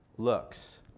looks